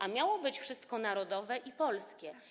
A miało być wszystko narodowe i polskie.